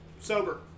Sober